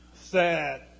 sad